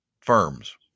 firms